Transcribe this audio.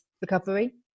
recovery